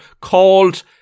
called